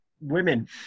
women